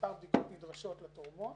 מספר בדיקות נדרשות לתורמות,